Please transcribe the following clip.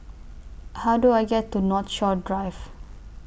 How Do I get to Northshore Drive